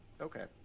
Okay